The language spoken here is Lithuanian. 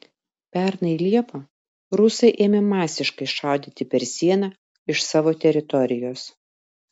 pernai liepą rusai ėmė masiškai šaudyti per sieną iš savo teritorijos